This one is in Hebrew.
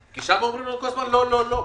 שם אומרים לנו כל הזמן: לא, לא, לא.